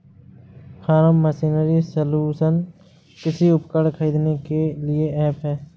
form machinery solution कृषि उपकरण खरीदने के लिए ऐप है